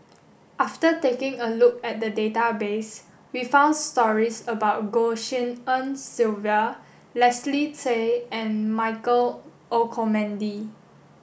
after taking a look at the database we found stories about Goh Tshin En Sylvia Leslie Tay and Michael Olcomendy